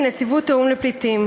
מהדברים של נציבות האו"ם לפליטים.